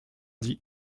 dit